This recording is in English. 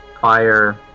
fire